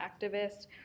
activist